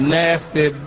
Nasty